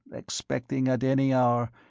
expecting at any hour,